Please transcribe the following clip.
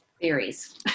theories